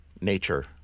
nature